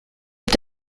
est